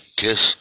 kiss